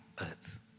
earth